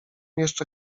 jeszcze